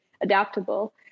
adaptable